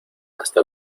hasta